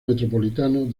metropolitano